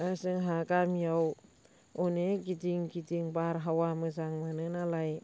आरो जोंहा गामियाव अनेक गिदिं गिदिं बारहावा मोजां मोनो नालाय